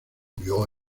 murió